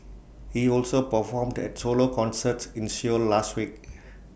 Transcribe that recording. he also performed at solo concerts in Seoul last week